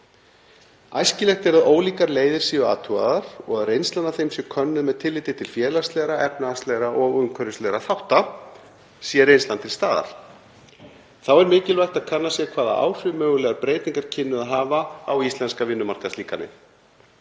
Æskilegt er að ólíkar leiðir séu athugaðar og að reynslan af þeim sé könnuð með tilliti til félagslegra, efnahagslegra og umhverfislegra þátta, sé reynsla til staðar. Þá er mikilvægt að kannað sé hvaða áhrif mögulegar breytingar kynnu að hafa á íslenska vinnumarkaðslíkanið.